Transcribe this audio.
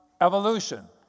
evolution